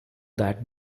that